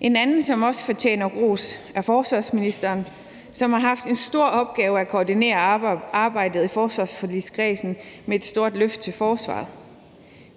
En anden, som også fortjener ros, er forsvarsministeren, som har haft en stor opgave med at koordinere arbejdet i forsvarsforligskredsen med et stort løft til forsvaret.